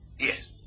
yes